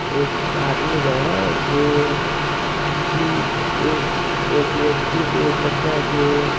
एक आदमी रहै जेकि एक एक व्यक्तिके एक बच्चाके